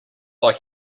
like